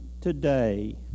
today